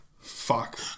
Fuck